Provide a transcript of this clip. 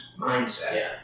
mindset